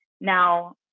now